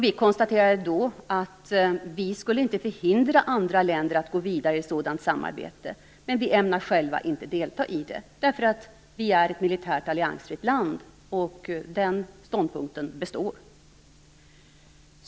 Vi konstaterade då att vi inte skulle förhindra andra länder att gå vidare i sådant samarbete men att vi själva inte ämnar delta i det, därför att vi är ett militärt alliansfritt land, och den ståndpunkten består.